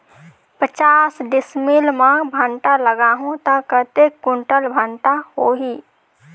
पचास डिसमिल मां भांटा लगाहूं ता कतेक कुंटल भांटा होही?